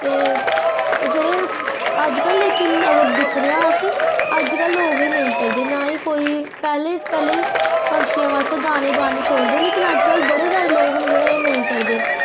ते जेह्ड़े अज्ज कल्ल दे लेकिन अगर दिक्खने आं अस्स अज्ज कल्ल लोग नेई करदे ना ही कोई पैहले पैहले पंक्षियें आस्ते दाने पाने छोड़दे लेकिन अज्ज कल्ल बड़े सारे लोग न जेह्ड़े नेंई करदे